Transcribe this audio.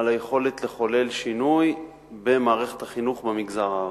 על היכולת לחולל שינוי במערכת החינוך במגזר הערבי.